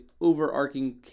overarching